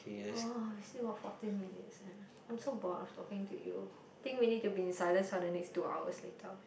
orh we still got fourteen minutes eh I'm so bored of talking to you think we need to be in silence for the next two hours later